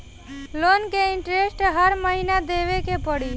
Loan के interest हर महीना देवे के पड़ी?